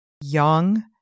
young